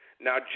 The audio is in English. Now